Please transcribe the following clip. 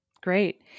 Great